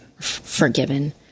Forgiven